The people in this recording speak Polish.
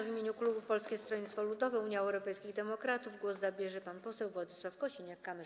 W imieniu klubu Polskiego Stronnictwa Ludowego - Unii Europejskich Demokratów głos zabierze pan poseł Władysław Kosiniak-Kamysz.